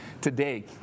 today